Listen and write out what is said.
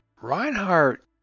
reinhardt